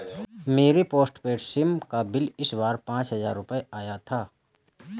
मेरे postpaid SIM का bill इस बार पाँच हजार रुपए आया था